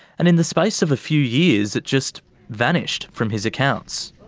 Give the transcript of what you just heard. and in the space of a few years it just vanished from his accounts.